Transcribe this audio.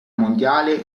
mondiale